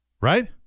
right